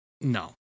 no